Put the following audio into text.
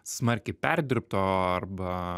smarkiai perdirbto arba